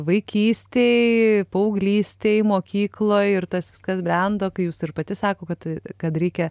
vaikystėj paauglystėj mokykloj ir tas viskas brendo kai jūs ir pati sako kad kad reikia